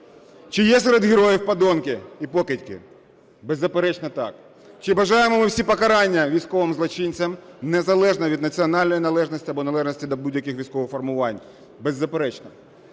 Чи є серед героїв подонки і покидьки? Беззаперечно, так. Чи бажаємо ми всі покарання військовим злочинцям, незалежно від національної належності або належності до будь-яких військових формувань? Беззаперечно.